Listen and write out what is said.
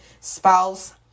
spouse